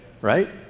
right